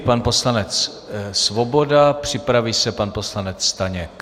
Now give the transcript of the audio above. Pan poslanec Svoboda, připraví se pan poslanec Staněk.